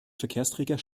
verkehrsträger